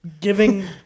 giving